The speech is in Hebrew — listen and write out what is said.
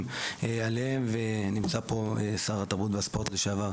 עליהם ונמצא פה שר התרבות והספורט לשעבר,